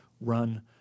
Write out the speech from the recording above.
run